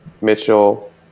Mitchell